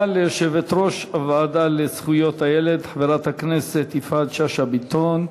תודה ליושבת-ראש הוועדה לזכויות הילד חברת הכנסת יפעת שאשא ביטון.